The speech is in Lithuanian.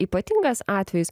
ypatingas atvejis